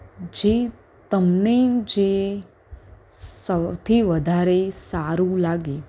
જે તમને જે સૌથી વધારે સારું લાગે